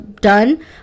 done